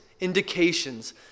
indications